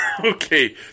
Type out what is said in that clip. Okay